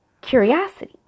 curiosity